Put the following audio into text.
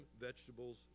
vegetables